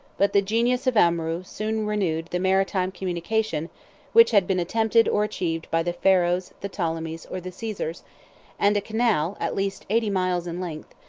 but the genius of amrou soon renewed the maritime communication which had been attempted or achieved by the pharaohs the ptolemies, or the caesars and a canal, at least eighty miles in length,